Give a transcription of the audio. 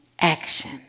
action